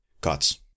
cuts